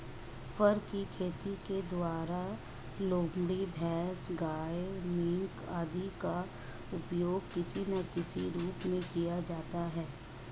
फर की खेती के द्वारा लोमड़ी, भैंस, गाय, मिंक आदि का उपयोग किसी ना किसी रूप में किया जाता है